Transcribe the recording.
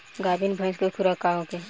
गाभिन भैंस के खुराक का होखे?